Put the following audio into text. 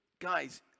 guys